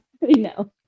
No